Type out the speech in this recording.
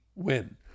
win